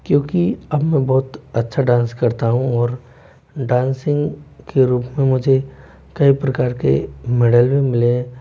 क्योंकि अब मैं बहुत अच्छा डांस करता हूँ और डांसिंग के रूप में मुझे कई प्रकार के मेडल भी मिले है